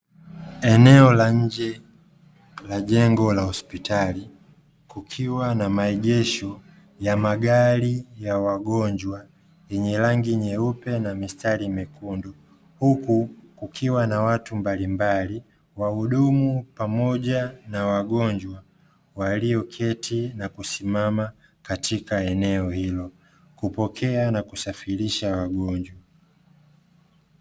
Eneo la nje la jengo la hospitali kukiwa na maegesho ya magari ya wagonjwa yenye rangi nyeupe na mistari nyekundu; huku kukiwa na watu mbalimbali wahudumu bamoja na wagonjwa walioketi na kusimama katika eneo hilo kupokea na kusafirisha wagonjwa.